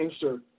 insert